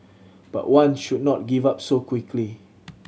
but one should not give up so quickly